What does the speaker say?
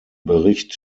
bericht